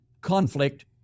conflict